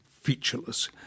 featureless